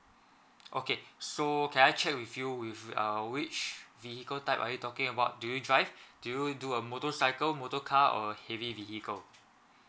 okay so can I check with you with which vehicle type are you talking about do you drive do you do a motorcycle motor car or heavy vehicle